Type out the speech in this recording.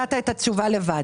נתת את התשובה לבד.